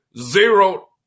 zero